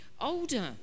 older